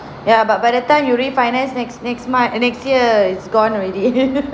ya but by the time you refinance next next month next year it's gone already